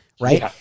right